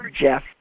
Jeff